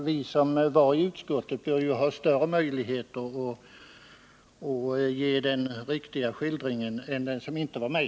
Vi som var närvarande i utskottet bör väl i alla fall ha större möjligheter att ge den riktiga skildringen än den som inte var med.